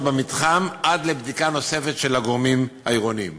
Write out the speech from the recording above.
במתחם עד לבדיקה נוספת של הגורמים העירוניים.